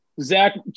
Zach